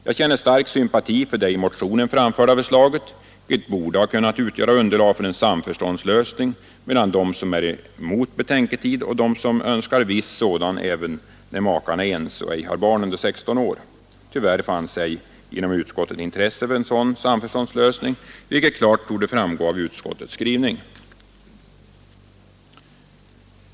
Jag känner stark sympati för det i motionen framförda förslaget, vilket borde ha kunnat utgöra underlag för en samförståndslösning mellan dem som är emot betänketid och dem som önskar viss sådan även när makarna är ense och ej har barn under 16 år. Tyvärr fanns ej inom utskottet intresse för en sådan samförståndslösning, vilket klart torde framgå av utskottets skrivning.